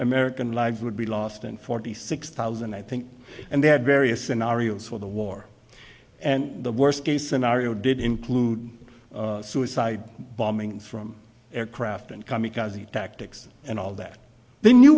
american lives would be lost and forty six thousand i think and they had various scenarios for the war and the worst case scenario did include suicide bombings from aircraft and come because the tactics and all that they knew